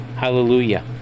Hallelujah